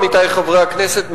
עמיתי חברי הכנסת,